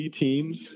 teams